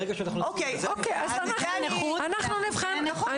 אנחנו נבחן.